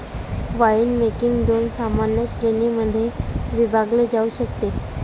winemaking दोन सामान्य श्रेणीं मध्ये विभागले जाऊ शकते